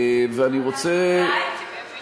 אפשר להגיד מתי?